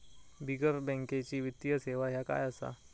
बिगर बँकेची वित्तीय सेवा ह्या काय असा?